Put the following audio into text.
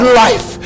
life